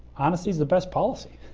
honesty's the best policy.